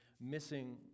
missing